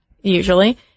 usually